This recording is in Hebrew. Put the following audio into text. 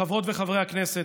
חברות וחברי הכנסת,